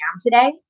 today